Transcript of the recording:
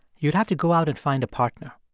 you'd have to go out and find a partner.